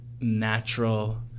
natural